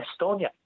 estonia